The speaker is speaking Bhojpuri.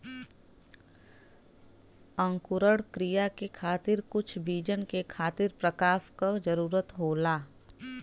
अंकुरण क्रिया के खातिर कुछ बीजन के खातिर प्रकाश क जरूरत होला